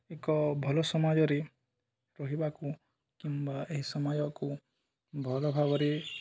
ଏକ ଭଲ ସମାଜରେ ରହିବାକୁ କିମ୍ବା ଏହି ସମାଜକୁ ଭଲ ଭାବରେ